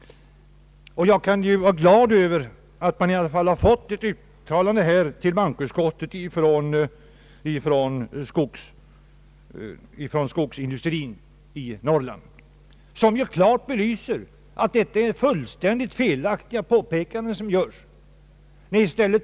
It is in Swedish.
Jag är glad över att bankoutskottet har fått ett uttalande från skogsindustrin i Norrland, vilket klart belyser de fullständigt felaktiga påpekanden som görs i motionen.